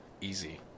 Easy